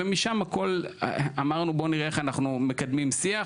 ומשם הכול אמרנו בוא נראה איך אנחנו מקדמים שיח,